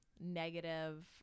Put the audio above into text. negative